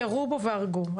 ירו בו והרגו.